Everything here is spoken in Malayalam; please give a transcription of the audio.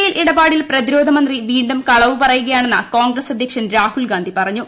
എൽ ഇടപാടിൽ പ്രതിരോധമന്ത്രി വീണ്ടും കളവ് പറയുകയാണെന്ന് കോൺഗ്രസ് അധ്യക്ഷൻ രാഹുൽ ഗാന്ധി പറഞ്ഞു